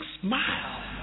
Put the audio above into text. smile